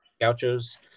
Gauchos